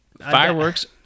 Fireworks